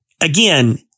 again